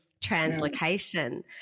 translocation